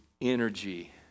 energy